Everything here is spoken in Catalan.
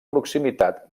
proximitat